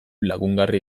lagungarri